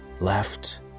left